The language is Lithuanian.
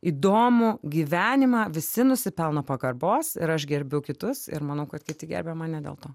įdomų gyvenimą visi nusipelno pagarbos ir aš gerbiu kitus ir manau kad kiti gerbia mane dėl to